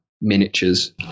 miniatures